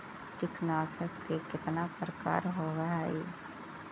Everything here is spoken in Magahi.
कीटनाशक के कितना प्रकार होव हइ?